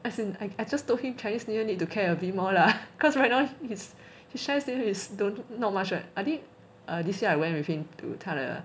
as in I just told him chinese new year need to care a bit more lah cause right now his his chinese new year is don't not much [one] I think err this year I went with him to 他的